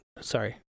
sorry